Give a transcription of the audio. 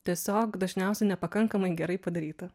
tiesiog dažniausiai nepakankamai gerai padaryta